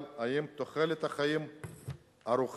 אבל האם תוחלת חיים ארוכה,